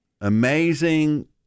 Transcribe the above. amazing